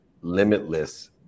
limitless